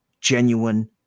genuine